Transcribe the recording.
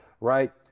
right